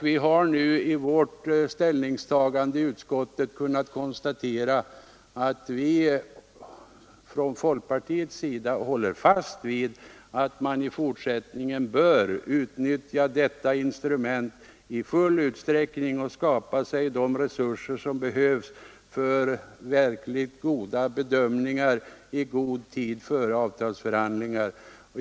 Vi har nu vid folkpartiets ställningstagande i utskottet hållit fast vid att man i fortsättningen bör utnyttja detta instrument i full utsträckning och skapa de resurser som behövs för verkligt goda bedömningar i betryggande tid före avtalsförhandlingar.